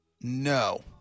No